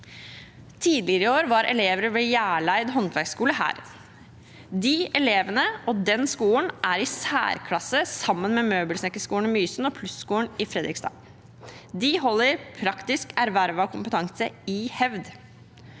Tidligere i år var elever ved Hjerleid Handverksskole her. De elevene og den skolen er i særklasse, sammen med Møbelsnekkerskolen Mysen og Plus-skolen i Fredrikstad. De holder praktisk ervervet kompetanse i hevd,